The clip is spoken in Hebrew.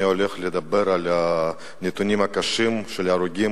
אני הולך לדבר על הנתונים הקשים של ההרוגים